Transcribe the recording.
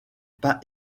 pas